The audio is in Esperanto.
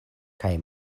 kaj